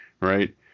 right